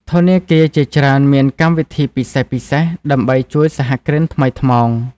ធនាគារជាច្រើនមានកម្មវិធីពិសេសៗដើម្បីជួយសហគ្រិនថ្មីថ្មោង។